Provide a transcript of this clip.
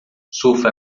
surfa